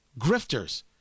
grifters